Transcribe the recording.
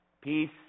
Peace